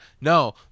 no